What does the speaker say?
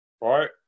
right